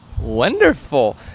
wonderful